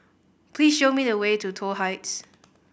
please show me the way to Toh Heights